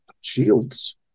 shields